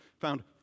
Found